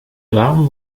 warm